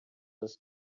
was